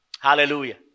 Hallelujah